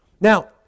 Now